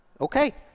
okay